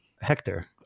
Hector